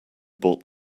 bought